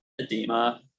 Edema